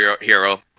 hero